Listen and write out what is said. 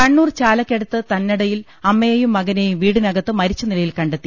കണ്ണൂർ ചാലയ്ക്കടുത്ത് തന്നടയിൽ അമ്മയെയും മകനെയും വീടിനകത്ത് മരിച്ചനിലയിൽ കണ്ടെത്തി